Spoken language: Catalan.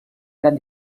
gran